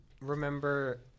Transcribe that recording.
remember